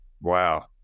wow